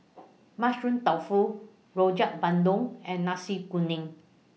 Mushroom Tofu Rojak Bandung and Nasi Kuning